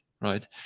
right